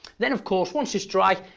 then of course, once it's dry,